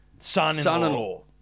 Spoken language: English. Son-in-law